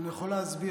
אני יכול להסביר.